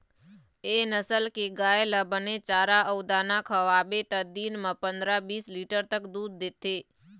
ए नसल के गाय ल बने चारा अउ दाना खवाबे त दिन म पंदरा, बीस लीटर तक दूद देथे